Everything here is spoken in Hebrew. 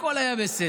הכול היה בסדר.